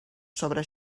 sobre